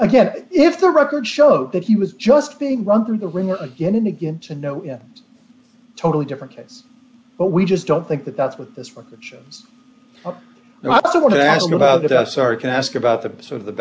again if the record shows that he was just being run through the wringer again and again to know in a totally different case but we just don't think that that's what this record shows and i want to ask you about us are can ask about the sort of the